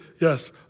yes